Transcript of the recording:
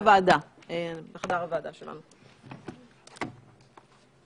הישיבה ננעלה בשעה 14:27.